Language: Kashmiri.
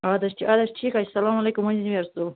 اَدٕ حظ اَدٕ حظ ٹھیٖک حظ چھُ سلام علیکُم مٔنزِم یٲرۍ صٲب